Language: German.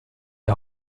die